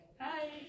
Hi